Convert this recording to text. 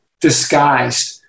disguised